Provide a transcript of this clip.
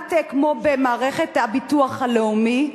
כמעט כמו במערכת הביטוח הלאומי,